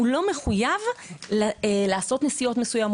הוא לא מחויב לעשות נסיעות מסוימות,